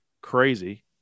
crazy